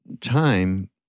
time